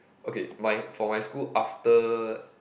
okay my for my school after